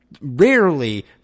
Rarely